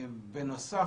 בנוסף,